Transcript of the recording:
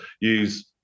use